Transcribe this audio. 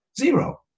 Zero